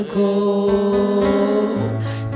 go